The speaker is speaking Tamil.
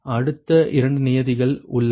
அடுத்த 2 நியதிகள் உள்ளன